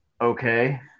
okay